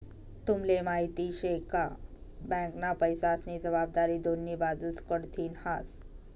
तुम्हले माहिती शे का? बँकना पैसास्नी जबाबदारी दोन्ही बाजूस कडथीन हास